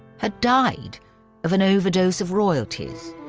had died of an overdose of royalties.